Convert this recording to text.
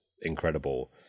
incredible